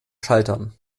schaltern